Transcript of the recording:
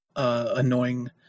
Annoying